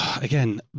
Again